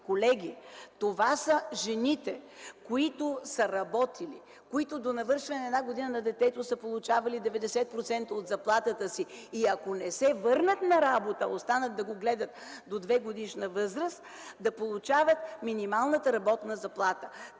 майки – това са жените, които са работили, които до навършване на една година на детето са получавали 90% от заплатата си и ако не се върнат на работа, а останат да го гледат до 2-годишна възраст, да получават минималната работна заплата.